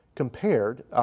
compared